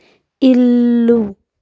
ఇల్లు